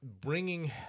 bringing